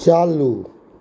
चालू